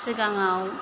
सिगाङाव